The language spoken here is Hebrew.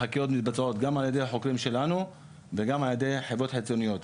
החקירות מתבצעות גם ע"י החוקרים שלנו וגם ע"י חברות חיצוניות,